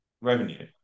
revenue